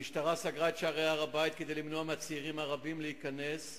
המשטרה סגרה את שערי הר-הבית כדי למנוע מהצעירים הרבים להיכנס,